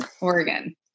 Oregon